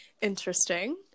Interesting